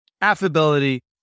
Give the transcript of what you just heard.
affability